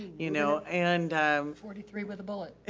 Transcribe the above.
you know, and forty three with a bullet.